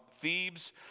Thebes